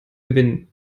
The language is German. gewinnen